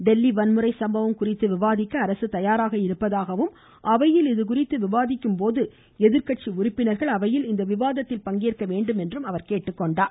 டெல்லி வன்முறை சம்பவம் குறித்து விவாதிக்க அரசு தயாராக இருப்பதாகவும் அவையில் இது குறித்து விவாதிக்கும் போது எதிர்கட்சி உறுப்பினர்கள் அவையில் இந்த விவாதத்தில் பங்கேற்க வேண்டும் என்றும் தெரிவித்தார்